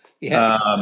Yes